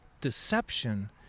deception